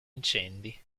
incendi